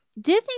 Disney